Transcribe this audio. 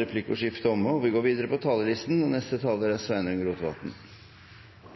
Replikkordskiftet er omme. Utfordringane for velferdsstaten blir store framover. Dette kunne vi lese i perspektivmeldinga frå den raud-grøne regjeringa. Og få plassar er